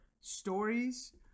stories